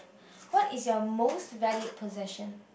what is your most valued possession